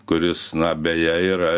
kuris na beje yra